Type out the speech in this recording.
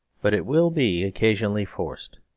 but it will be occasionally forced.